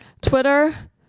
Twitter